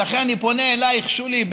ולכן אני פונה אלייך שולי,